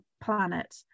planet